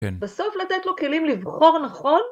- כן. בסוף לתת לו כלים לבחור נכון?